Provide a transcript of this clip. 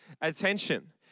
attention